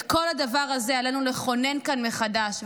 את כל הדבר הזה עלינו לכונן כאן מחדש,